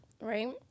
right